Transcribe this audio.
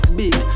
big